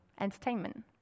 entertainment